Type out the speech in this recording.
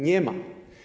Nie ma.